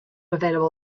available